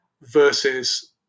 versus